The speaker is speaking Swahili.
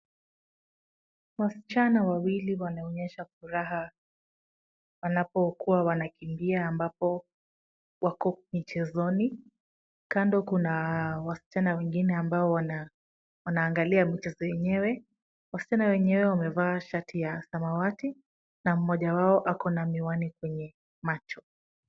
Wasichana wawili wanaonyesha furaha wanapokuwa wanakimbia ambapo wako michezoni . Kando kuna wasichana wengine ambao wanaangalia mchezo yenyewe. Wasichana wenyewe wamevaa shati ya samawati na mmoja wao akona miwani kwenye macho.